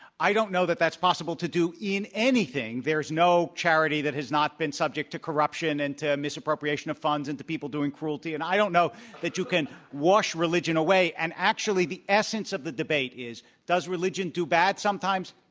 i don't know that, that's possible to do in anything. there's no charity that has not been subject to corruption, and to misappropriation of funds, and to people doing cruelty, and i don't know that you can wash religion away, and actually the essence of the debate is does religion do bad sometimes,